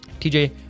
TJ